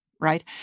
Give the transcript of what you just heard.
right